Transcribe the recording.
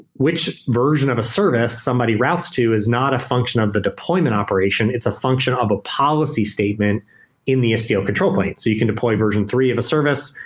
which version of a service somebody routes to is not a function of the deployment operation. it's a function of a policy statement in the istio control plane. you can deploy version three of a service.